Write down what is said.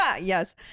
yes